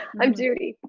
i'm judy.